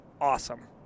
awesome